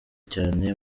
cyane